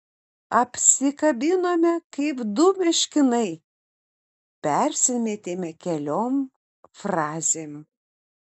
apsikabinome kaip du meškinai persimetėme keliom frazėm